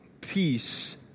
Peace